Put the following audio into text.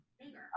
bigger